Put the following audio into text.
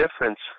difference